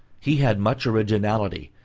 he had much originality,